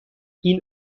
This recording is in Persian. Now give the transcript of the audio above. این